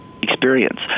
experience